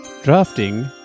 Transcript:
Drafting